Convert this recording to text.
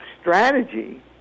strategy